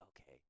okay